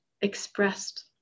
expressed